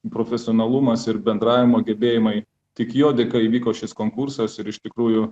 profesionalumas ir bendravimo gebėjimai tik jo dėka įvyko šis konkursas ir iš tikrųjų